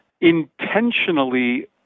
intentionally